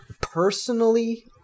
Personally